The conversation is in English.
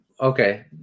Okay